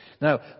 now